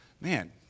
man